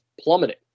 plummeting